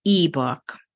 ebook